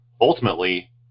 Ultimately